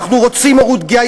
אנחנו רוצים הורות גאה.